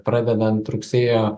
pradedant rugsėjo